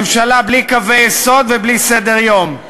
ממשלה בלי קווי יסוד ובלי סדר-יום.